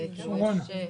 זה בכוונה?